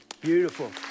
beautiful